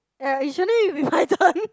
eh actually my turn